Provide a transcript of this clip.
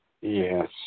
Yes